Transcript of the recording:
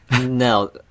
No